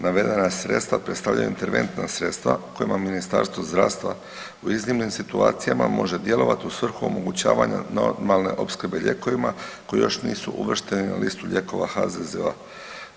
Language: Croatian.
Navedena sredstva predstavljaju interventna sredstva kojima Ministarstvo zdravstva u iznimnim situacijama može djelovati u svrhu omogućavanja normalne opskrbe lijekovima koji još nisu uvršteni na listu lijekova HZZO-a.